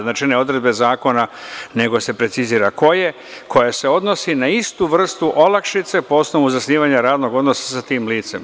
Znači, one odredbe zakona, nego se precizira – koja se odnosi na istu vrstu olakšice po osnovu zasnivanja radnog odnosa sa tim licem.